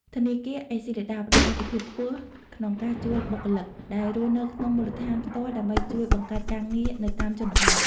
ធនាគារ អេស៊ីលីដា (ACLEDA) ផ្តល់អាទិភាពខ្ពស់ក្នុងការជួលបុគ្គលិកដែលរស់នៅក្នុងមូលដ្ឋានផ្ទាល់ ដើម្បីជួយបង្កើតការងារនៅតាមជនបទ។